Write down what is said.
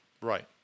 Right